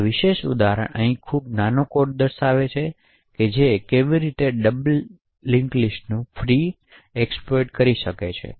આ વિશેષ ઉદાહરણ અહીં ખૂબ નાનો કોડ છે જે બતાવે છે કે કોઈ કેવી રીતે ડબલ ફ્રીનું એક્સપ્લોઈટ કરી શકે છે